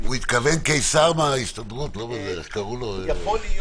יכול להיות